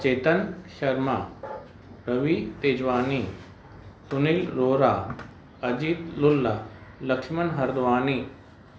Chetan Sharma Ravi Tejwani Tunil Rohira Ajit Lula Laxman Hardwani